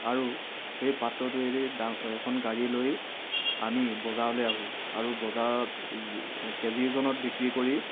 আৰু সেই পাত্ৰটোৱে দি ডা এখন গাড়ী লৈ আমি বজাৰলৈ আহোঁ আৰু বজাৰত কেজি ওজনত বিক্ৰী কৰি